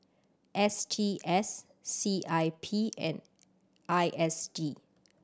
S T S C I P and I S D